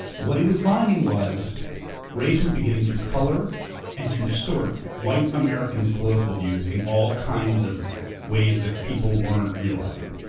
what he was finding was race was beginning to color and to sort white americans' political views in all kinds of ways that people weren't realizing.